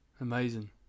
Amazing